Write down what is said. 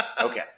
okay